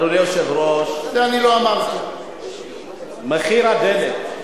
אדוני היושב-ראש, מחיר הדלק,